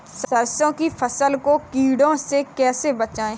सरसों की फसल को कीड़ों से कैसे बचाएँ?